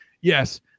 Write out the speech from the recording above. Yes